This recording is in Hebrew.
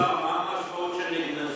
אדוני השר, מה המשמעות שנגנזו?